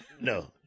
No